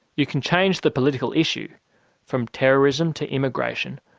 you can change the political issue from terrorism to immigration,